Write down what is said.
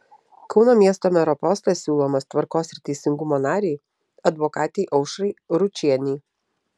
kauno miesto mero postas siūlomas tvarkos ir teisingumo narei advokatei aušrai ručienei